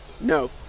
No